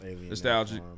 Nostalgic